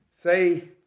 say